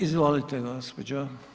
Izvolite gospođo.